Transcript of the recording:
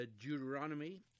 Deuteronomy